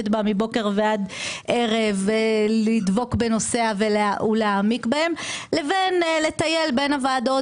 בה מבוקר ועד ערב ולדבוק בנושאיה ולהעמיק בהם ובין לטייל בין הוועדות